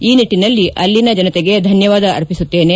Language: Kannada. ಈ ನಿಟ್ಟನಲ್ಲಿ ಅಲ್ಲಿನ ಜನತೆಗೆ ಧನ್ಲವಾದ ಅರ್ಪಿಸುತ್ತೇನೆ